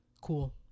cool